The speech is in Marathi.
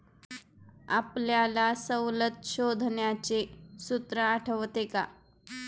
आपल्याला सवलत शोधण्याचे सूत्र आठवते का?